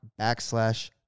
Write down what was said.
backslash